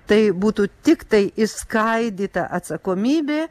tai būtų tiktai išskaidyta atsakomybė